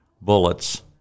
bullets